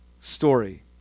story